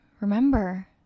remember